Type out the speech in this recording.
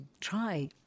try